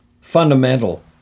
Fundamental